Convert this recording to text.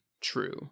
true